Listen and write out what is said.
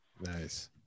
Nice